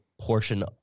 portion